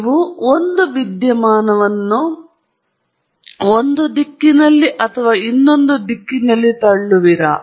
ನೀವು ಒಂದು ವಿದ್ಯಮಾನವನ್ನು ಒಂದು ದಿಕ್ಕಿನಲ್ಲಿ ಅಥವಾ ಇನ್ನೊಂದು ದಿಕ್ಕಿನಲ್ಲಿ ತಳ್ಳುವಿರಾ